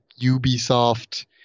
Ubisoft